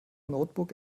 notebook